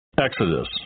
Exodus